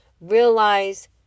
realize